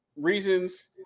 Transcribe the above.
reasons